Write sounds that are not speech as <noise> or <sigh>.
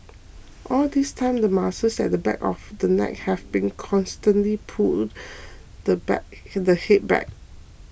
all this time the muscles at the back of the neck have to constantly pull <noise> the back and the head back